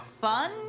fun